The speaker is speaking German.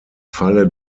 falle